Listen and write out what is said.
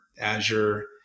Azure